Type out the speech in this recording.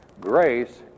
Grace